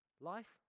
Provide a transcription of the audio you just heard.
Life